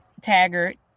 Taggart